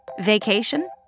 Vacation